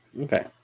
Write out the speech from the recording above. Okay